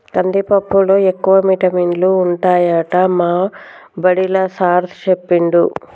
కందిపప్పులో ఎక్కువ విటమినులు ఉంటాయట మా బడిలా సారూ చెప్పిండు